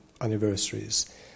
anniversaries